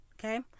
Okay